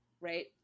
right